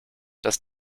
das